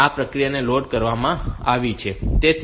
તેથી આ પ્રક્રિયા લોડ કરવામાં આવી છે